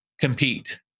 compete